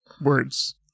words